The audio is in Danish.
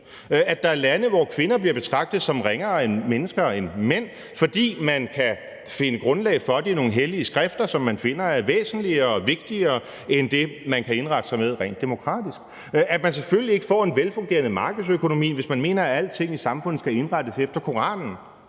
Når der er lande, hvor kvinder bliver betragtet som ringere mennesker end mænd, skyldes det, at man kan finde grundlag for det i nogle hellige skrifter, som man finder er væsentligere og vigtigere end det, man kan indrette sig med rent demokratisk. Og man får selvfølgelig ikke en velfungerende markedsøkonomi, hvis man mener, at alting i samfundet skal indrettes efter Koranen.